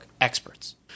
experts